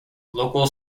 local